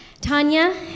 Tanya